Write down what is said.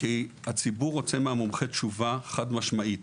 כי הציבור רוצה מהמומחה תשובה חד משמעית: